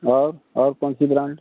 और और कौन सी ब्रांड